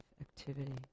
activity